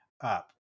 up